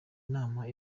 nama